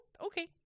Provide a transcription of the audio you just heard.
okay